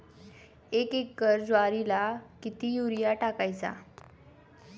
एक एकर ज्वारीला किती युरिया टाकायचा?